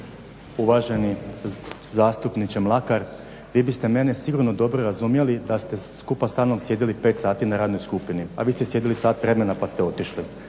Uvaženi zastupniče Mlakar, vi biste mene sigurno dobro razumjeli da ste skupa sa mnom sjedili 5 sati na radnoj skupini, a vi ste sjedili sat vremena pa ste otišli.